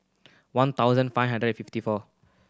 one thousand five hundred and fifty four